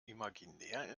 imaginär